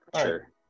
Sure